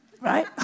right